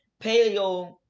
paleo